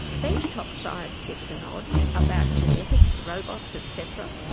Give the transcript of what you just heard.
bench top science gets a nod, about genetics, robots, etcetera,